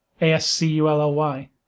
A-S-C-U-L-L-Y